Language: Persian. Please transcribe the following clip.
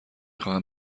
خواهم